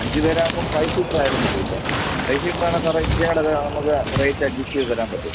അഞ്ചു പേരാവുമ്പോൾ five seater ആയാലും മതിയല്ലോ ഫൈവ് സീറ്ററാണെങ്കിൽ സാറേ ഇച്ചിരി കൂടെ അത് നമുക്ക് റേറ്റ് അഡ്ജസ്റ്റ് ചെയ്തു തരാൻ പറ്റും